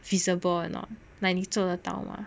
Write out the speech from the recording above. feasible or not like 你做的到吗